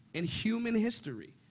in human history.